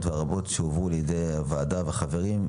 והרבות שהובאו לידיעת הוועדה והחברים.